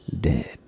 Dead